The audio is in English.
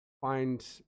find